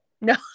No